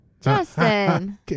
Justin